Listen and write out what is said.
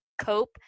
cope